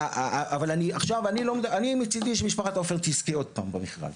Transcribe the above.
אבל עכשיו אני מצידי שמשפחת עופר תזכה עוד פעם במכרז,